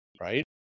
right